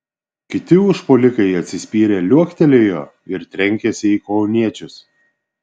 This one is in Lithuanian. kiti užpuolikai atsispyrę liuoktelėjo ir trenkėsi į kauniečius